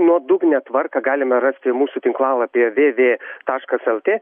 nuodugnią tvarką galima rasti mūsų tinklalapyje vė vė taškas lt